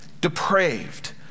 depraved